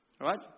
right